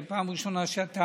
זו הפעם הראשונה שאתה